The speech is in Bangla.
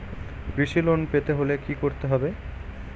কৃষি লোন পেতে হলে কি করতে হবে?